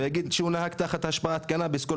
ויגיד שהוא נהג תחת השפעת קנביס,